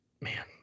Man